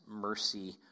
mercy